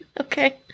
Okay